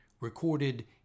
recorded